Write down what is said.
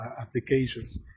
applications